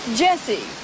jesse